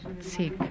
sick